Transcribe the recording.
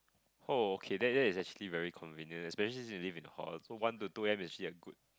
oh okay that that is actually very convenient especially since you live in the hall so one to two A_M is actually a good